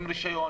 עם רישיון,